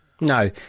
No